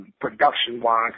production-wise